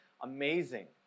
amazing